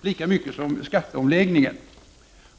lika mycket som skatteomläggningen.